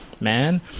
man